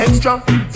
Extra